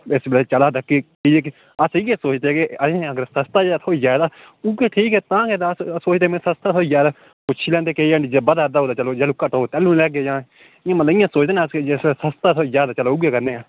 इस बैल्ले चला दा केह् केह् अस इ'यै सोचदे के असेंगी अगर सस्ता जेहा थ्होई जा तां उ'ऐ ठीक ऐ तां गै ते अस सोचदे में सस्ता थ्होई जा तां पुच्छी लैंदे बधा दा होग जो जेल्लू घटग तेल्लू लैगे जां इयां मतलब कि इयां सोचदे न अस सस्ता थ्होई जा ते चलो उ'यै लैन्ने आं